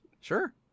Sure